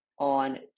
On